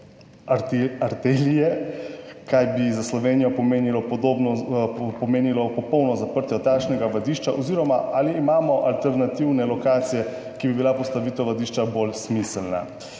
kar bi za Slovenijo pomenilo popolno zaprtje takšnega vadišča oziroma ali imamo alternativne lokacije, kjer bi bila postavitev vadišča bolj smiselna?